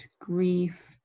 grief